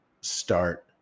start